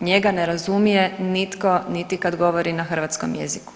njega ne razumije nitko niti kada govori na hrvatskom jeziku.